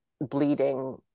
bleeding